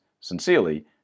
Sincerely